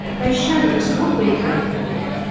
they showed us what we're capable of,